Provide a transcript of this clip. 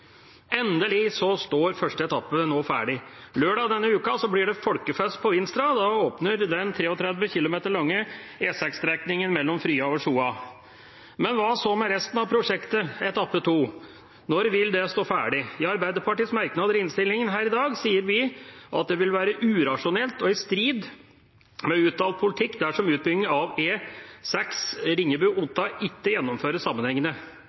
Endelig står første etappe ferdig. Lørdag denne uka blir det folkefest på Vinstra. Da åpner den 33 kilometer lange E6-strekningen mellom Frya og Sjoa. Men hva så med resten av prosjektet, etappe to? Når vil det stå ferdig? I Arbeiderpartiet og Senterpartiets merknader i innstillinga her i dag sier vi at det vil være urasjonelt og i strid med uttalt politikk dersom utbyggingen av